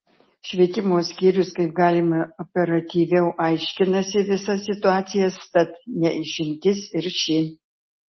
švietimo skyrius kaip galima operatyviau aiškinasi visas situacijas tad ne išimtis ir ši